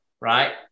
right